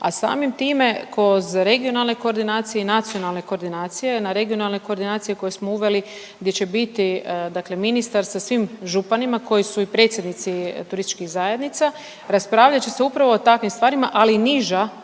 a samim time kroz regionalne koordinacije i nacionalne koordinacije, na regionalne koordinacije koje smo uveli gdje će biti dakle ministar sa svim županima koji su i predsjednici turističkih zajednica, raspravljat će se upravo o takvim stvarima, ali i niža